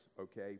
okay